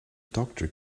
doctor